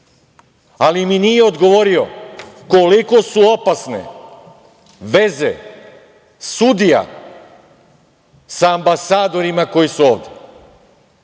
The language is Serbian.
ali mi nije odgovorio koliko su opasne veze sudija sa ambasadorima koji su ovde.